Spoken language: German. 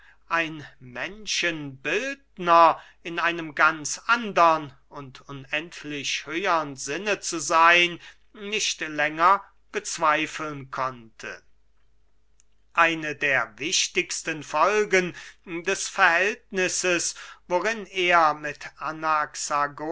ein menschenbildner in einem ganz andern und unendlich höhern sinne zu seyn nicht länger bezweifeln konnte christoph martin wieland eine der wichtigsten folgen des verhältnisses worin er mit